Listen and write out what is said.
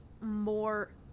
more